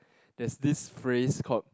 there's this phrase called